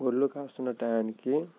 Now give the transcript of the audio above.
గొర్రెలు కాసుకొనే టైంకి